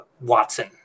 Watson